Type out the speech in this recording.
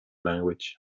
language